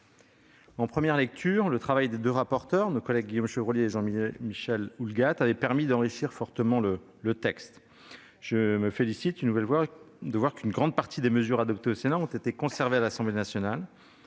En première lecture, le travail des deux rapporteurs, nos collègues Guillaume Chevrollier et Jean-Michel Houllegatte, avait permis d'enrichir fortement le texte. Je me réjouis de voir qu'une grande partie des mesures adoptées au Sénat ont été conservées à l'Assemblée nationale.